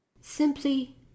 simply